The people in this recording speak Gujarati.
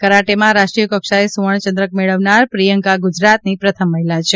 કરાટેમાં રાષ્ટ્રીય કક્ષાએ સુવર્ણ ચંદ્રક મેળવનાર પ્રિયંકા ગ્રજરાતની પ્રથમ મહિલા છે